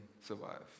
survive